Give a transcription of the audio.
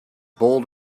bold